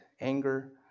anger